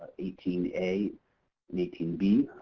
eighteen a and eighteen b.